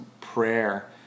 prayer